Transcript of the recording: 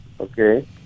okay